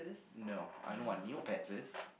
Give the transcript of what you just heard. no I know what Neopets is